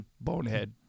Bonehead